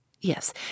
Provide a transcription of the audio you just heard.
Yes